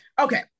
Okay